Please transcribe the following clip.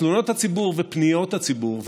תלונות הציבור ופניות הציבור,